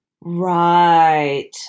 Right